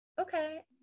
okay